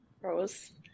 Rose